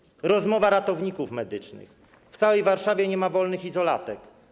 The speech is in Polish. Cytaty z rozmowy ratowników medycznych: W całej Warszawie nie ma wolnych izolatek.